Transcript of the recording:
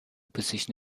position